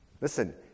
Listen